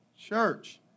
church